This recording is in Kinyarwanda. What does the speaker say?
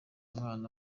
mwana